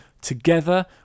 together